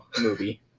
movie